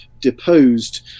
deposed